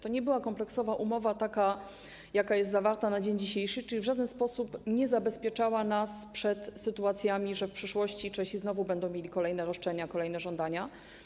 To nie była kompleksowa umowa, taka, jaka jest zawarta na dzień dzisiejszy, czyli w żaden sposób nie zabezpieczała nas przed takimi sytuacjami, że w przyszłości Czesi znowu będą mieli kolejne roszczenia, kolejne żądania.